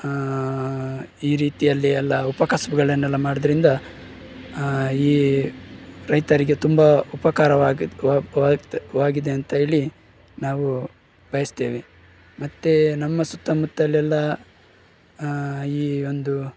ಈ ರೀತಿಯಲ್ಲಿ ಎಲ್ಲ ಉಪಕಸುಬುಗಳನ್ನೆಲ್ಲ ಮಾಡೋದ್ರಿಂದ ಈ ರೈತರಿಗೆ ತುಂಬ ಉಪಕಾರವಾಗಿ ಆಗಿದೆ ಅಂತ ಹೇಳಿ ನಾವು ಬಯಸ್ತೇವೆ ಮತ್ತೆ ನಮ್ಮ ಸುತ್ತ ಮುತ್ತಲೆಲ್ಲ ಈ ಒಂದು